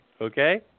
okay